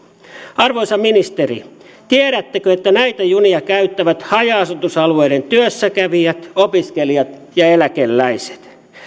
arvoisa ministeri tiedättekö että näitä junia käyttävät haja asutusalueiden työssäkävijät opiskelijat ja eläkeläiset